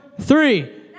three